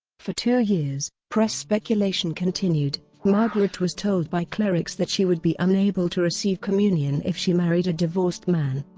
for two years, press speculation continued. margaret was told by clerics that she would be unable to receive communion if she married a divorced man.